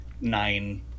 nine